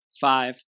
five